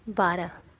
बारह